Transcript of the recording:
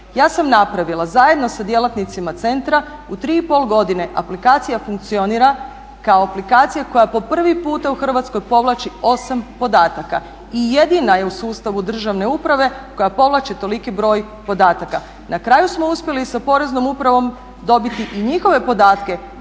Ja sam napravila, zajedno sa djelatnicima centra. U 3,5 godine aplikacija funkcionira kao aplikacija koja po prvi puta u Hrvatskoj povlači 8 podataka. I jedina je u sustavu državne uprave koja povlači toliki broj podataka. Na kraju smo uspjeli i sa Poreznom upravom dobiti i njihove podatke